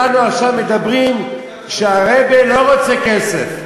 אנחנו עכשיו מדברים על כך שהרב לא רוצה כסף,